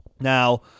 Now